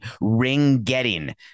ring-getting